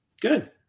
Good